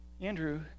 Andrew